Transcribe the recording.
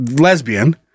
lesbian